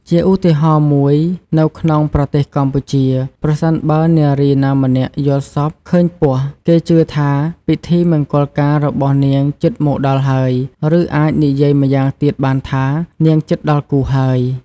ជាឧទាហរណ៍ មួយ នៅក្នុងប្រទេសកម្ពុជា ប្រសិនបើនារីណាម្នាក់យល់សប្តិឃើញពស់ គេជឿថាពិធីមង្គលការរបស់នាងជិតមកដល់ហើយ ឬអាចនិយាយម៉្យាងទៀតបានថា នាងជិតដល់គូហើយ។